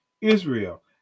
Israel